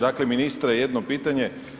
Dakle, ministre, jedno pitanje.